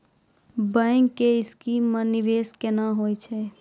Bank के scheme मे निवेश केना होय छै?